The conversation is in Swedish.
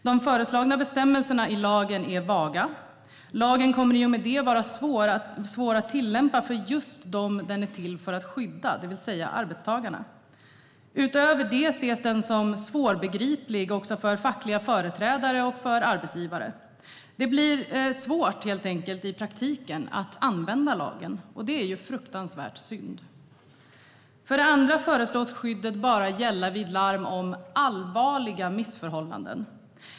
De föreslagna bestämmelserna i lagen är vaga. Lagen kommer i och med det att vara svår att tillämpa för just dem den är till för att skydda, det vill säga arbetstagarna. Utöver det ses den som svårbegriplig också för fackliga företrädare och arbetsgivare. Det kommer helt enkelt att bli svårt att använda lagen i praktiken. Och det är fruktansvärt synd. För det andra föreslås skyddet bara gälla vid larm om "allvarliga missförhållanden".